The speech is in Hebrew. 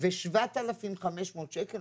ו-7,500 שקל,